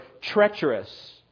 treacherous